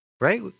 right